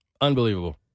Unbelievable